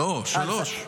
לא, שלוש.